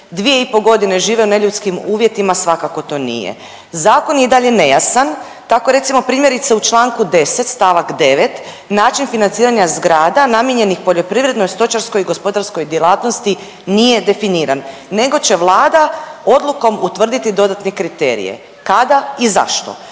već 2,5 godine žive u neljudskim uvjetima svakako to nije. Zakon je i dalje nejasan. Tako recimo primjerice u Članku 10. stavak 9. način financiranja zgrada namijenjenih poljoprivrednoj, stočarskoj i gospodarskoj djelatnosti nije definiran nego će Vlada odlukom utvrditi dodatne kriterije. Kada i zašto?